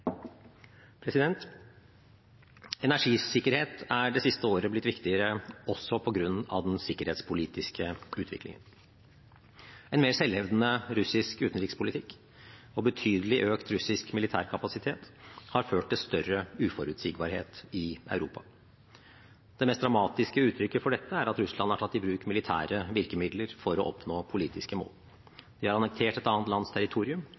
Energisikkerhet er det siste året blitt viktigere også på grunn av den sikkerhetspolitiske utviklingen. En mer selvhevdende russisk utenrikspolitikk og betydelig økt russisk militær kapasitet har ført til større uforutsigbarhet i Europa. Det mest dramatiske uttrykket for dette er at Russland har tatt i bruk militære virkemidler for å oppnå politiske mål. De har annektert et annet lands territorium